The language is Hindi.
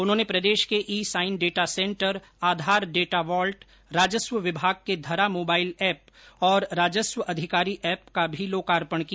उन्होंने प्रदेश के e sign data centre Aadhaar data vault राजस्व विभाग के धरा मोबाइल एप और राजस्व अधिकारी एप का भी लोकार्पण किया